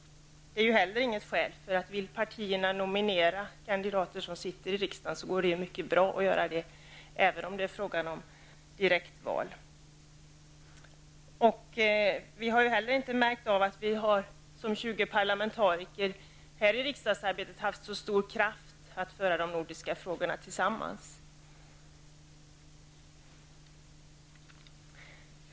Det är ju inte heller något skäl. Om partierna vill nominera kandidater som sitter i riksdagen går det ju mycket bra att göra det även om det är fråga om direktval. Vi har heller inte märkt att vi 20 ledamöter i Nordiska rådet här i riksdagsarbetet haft så stor kraft när det gällt att föra de nordiska frågorna.